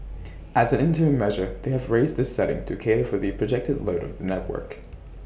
as an interim measure they have raised this setting to cater for the projected load of the network